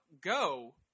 go